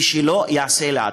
ולא שיעשה לעצמו.